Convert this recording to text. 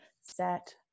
set